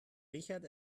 richard